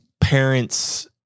parents